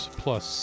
plus